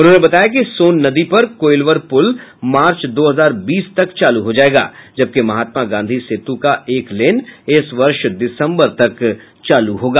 उन्होंने बताया कि सोन नदी पर कोईलवर पुल मार्च दो हजार बीस तक चालू हो जायेगा जबकि महात्मा गांधी सेतु का एक लेन इस वर्ष दिसम्बर तक चालू होगा